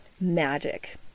magic